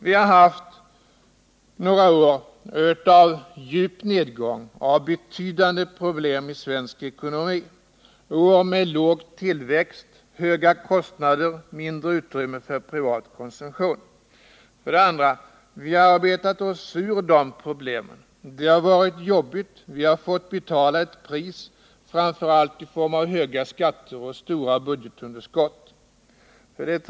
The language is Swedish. Vi har haft några år av djup nedgång och betydande problem i svensk ekonomi, år med låg tillväxt, höga kostnader och mindre utrymme för privat konsumtion. 2. Vi hararbetat oss ur de problemen , och detta har varit jobbigt. Vi har fått betala ett pris, framför allt i form av höga skatter och stora budgetunderskott. 3.